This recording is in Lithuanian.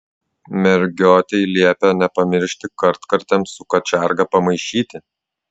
mergiotei liepia nepamiršti kartkartėm su kačiarga pamaišyti